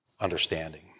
understanding